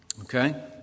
Okay